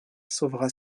sauvera